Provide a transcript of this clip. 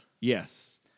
yes